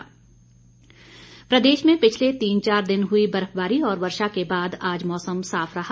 मौसम प्रदेश में पिछले तीन चार दिन हुई बर्फबारी और वर्षा के बाद आज मौसम साफ रहा